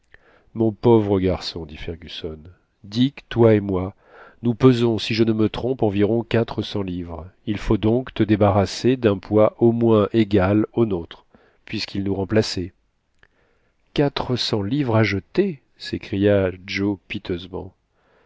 mon pauvre garçon dit fergusson dick toi et moi nous pesons si je ne me trompe environ quatre cents livres il faut donc te débarrasser d'un poids au moins égal au notre puisqu'il nous remplaçait quatre cents livres à jeter s'écria joe piteusement